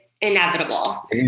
inevitable